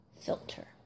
Filter